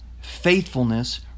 faithfulness